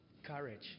Courage